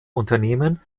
unternehmen